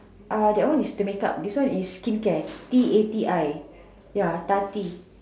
uh that one is to make up this one is skincare T A T I ya Tati